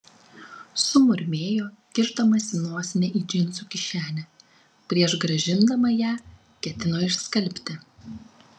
sumurmėjo kišdamasi nosinę į džinsų kišenę prieš grąžindama ją ketino išskalbti